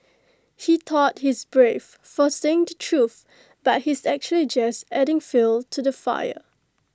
he thought he's brave for saying the truth but he's actually just adding fuel to the fire